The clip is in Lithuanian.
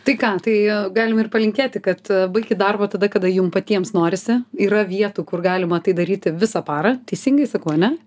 tai ką tai galim ir palinkėti kad baigit darbą tada kada jum patiems norisi yra vietų kur galima tai daryti visą parą teisingai sakau ane